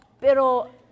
pero